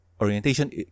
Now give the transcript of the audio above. orientation